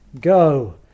go